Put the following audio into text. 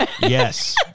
Yes